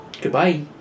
Goodbye